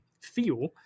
feel